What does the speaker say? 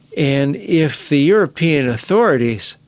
and if the european authorities,